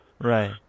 Right